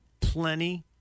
plenty